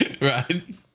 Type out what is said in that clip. Right